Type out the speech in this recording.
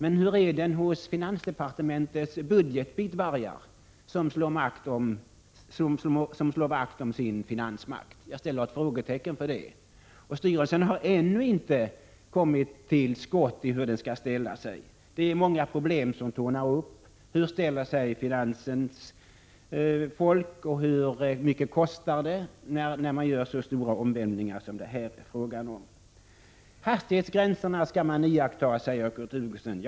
Men hur är den hos finansdepartementets budgetbitvargar som slår vakt om sin finansmakt? Jag sätter ett frågetecken för det, och styrelsen har ännu inte kommit till skott när det gäller att ta ställning till denna fråga. Det är många problem som tornar upp sig. Hur ställer sig finansens folk till detta och hur mycket kostar det att göra så stora omvälvningar som det är fråga om här? Hastighetsgränserna skall man iaktta, säger Kurt Hugosson.